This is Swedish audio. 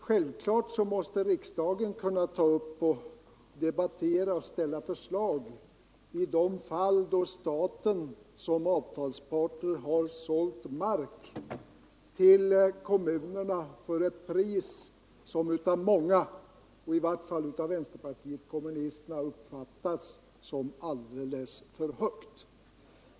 Självklart måste riksdagen kunna debattera och ställa förslag i de fall då staten som avtalspartner har sålt mark till kommunerna för ett pris som utav många, i vart fall inom vänsterpartiet kommunisterna, uppfattats som alldeles för högt.